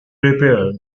repaired